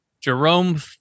Jerome